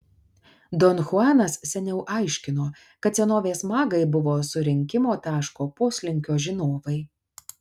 don chuanas seniau aiškino kad senovės magai buvo surinkimo taško poslinkio žinovai